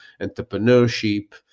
entrepreneurship